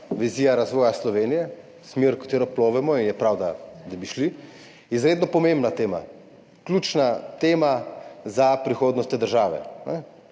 vizije razvoja Slovenije, smeri, v katero plovemo in je prav, da bi šli, izredno pomembna tema, ključna tema za prihodnost te države.